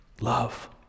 love